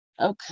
Okay